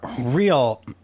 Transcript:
real